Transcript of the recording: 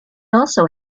also